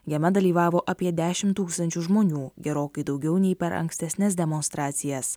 jame dalyvavo apie dešim tūkstančių žmonių gerokai daugiau nei per ankstesnes demonstracijas